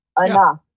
enough